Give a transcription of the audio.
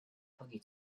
hockey